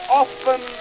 often